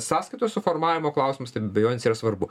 sąskaitos suformavimo klausimas tai abejonės yra svarbu